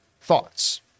thoughts